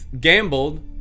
gambled